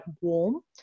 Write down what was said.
warm